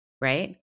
right